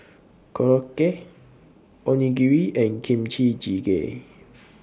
Korokke Onigiri and Kimchi Jjigae